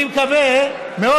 אני מאוד מקווה שוואללה,